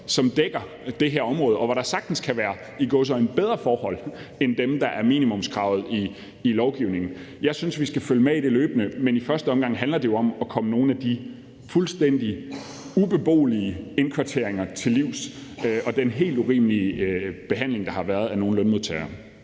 som dækker det her område, og hvor der sagtens kan være – i gåseøjne – bedre forhold end dem, der er minimumskravet i lovgivningen. Jeg synes, vi løbende skal følge med i det, men i første omgang handler det jo om at komme nogle af de fuldstændig ubeboelige indkvarteringer til livs og den helt urimelige behandling, der har været af nogle lønmodtagere.